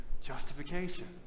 justification